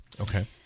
Okay